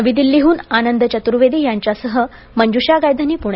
नवी दिल्लीहून आनंद चतुर्वेदी यांच्यासह मंजुषा गायधनी पुणे